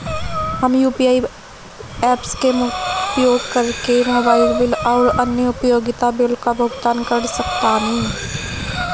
हम UPI apps के उपयोग करके मोबाइल बिल आउर अन्य उपयोगिता बिलों का भुगतान कर सकतानी